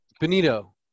Benito